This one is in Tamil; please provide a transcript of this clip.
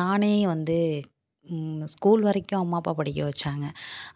நானே வந்து ஸ்கூல் வரைக்கும் அம்மா அப்பா படிக்க வைச்சாங்க